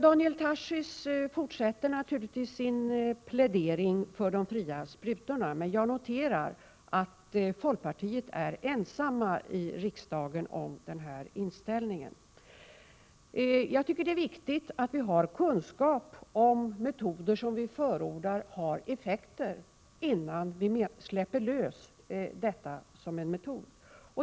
— Daniel Tarschys fortsätter naturligtvis sin plädering för de fria sprutorna. Men jag noterar att folkpartiet är ensamt i riksdagen om den inställningen. Jag tycker att det är viktigt att vi har kunskap om huruvida en metod som vi förordar har effekter, innan vi släpper lös den som en metod.